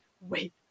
wait